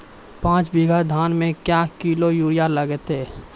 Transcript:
पाँच बीघा धान मे क्या किलो यूरिया लागते?